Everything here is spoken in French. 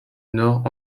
nord